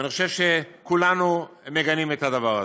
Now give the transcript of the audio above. ואני חושב שכולנו מגנים את הדבר הזה.